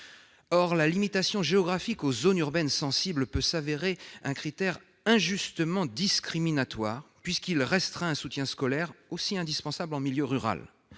Or la limitation géographique aux zones urbaines sensibles peut s'avérer un critère injustement discriminatoire, puisqu'il restreint un soutien scolaire aussi indispensable en milieu rural.